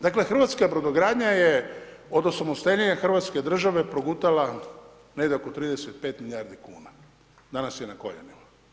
Dakle, Hrvatska brodogradnja je od osamostaljenja Hrvatske države progutala negdje oko 35 milijardi kuna, danas je na koljenima.